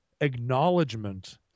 acknowledgement